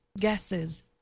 guesses